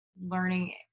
learning